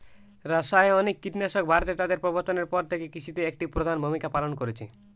রাসায়নিক কীটনাশক ভারতে তাদের প্রবর্তনের পর থেকে কৃষিতে একটি প্রধান ভূমিকা পালন করেছে